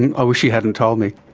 and i wish you hadn't told me.